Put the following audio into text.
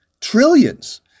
Trillions